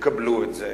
יקבלו את זה